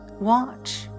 Watch